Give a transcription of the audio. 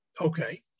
Okay